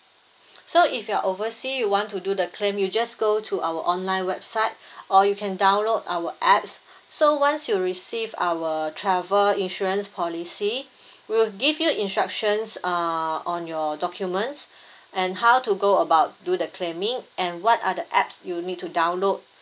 so if you are oversea you want to do the claim you just go to our online website or you can download our apps so once you receive our travel insurance policy we'll give you instructions uh on your documents and how to go about do the claiming and what are the apps you need to download